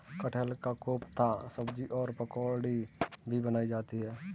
कटहल का कोफ्ता सब्जी और पकौड़ी भी बनाई जाती है